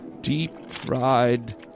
deep-fried